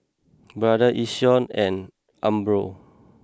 Brother Yishion and Umbro